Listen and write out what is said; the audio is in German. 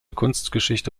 kunstgeschichte